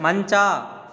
ಮಂಚ